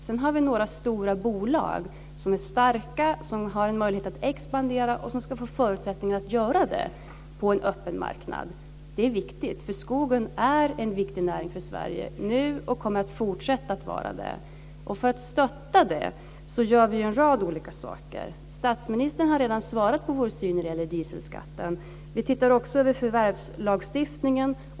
Sedan har vi några stora bolag som är starka, som har möjlighet att expandera, och som ska få förutsättningar att göra det på en öppen marknad. Det är viktigt. Skogen är en viktig näring för Sverige nu, och den kommer att fortsätta att vara det. För att stötta det gör vi en rad olika saker. Statsministern har redan svarat när det gäller vår syn på dieselskatten. Vi tittar också över förvärvslagstiftningen.